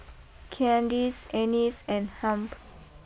Candyce Ennis and Hamp